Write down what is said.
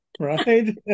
right